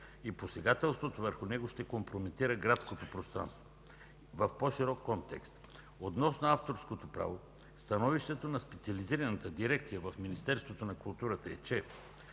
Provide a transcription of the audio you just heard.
и посегателството върху него ще компрометира градското пространство в по-широк контекст. Относно авторското право, становището на специализираната дирекция в Министерството на културата е, че